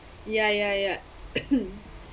ya ya ya